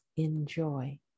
Enjoy